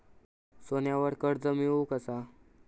सोन्यावर कर्ज मिळवू कसा?